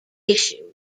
issue